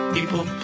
People